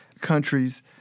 Countries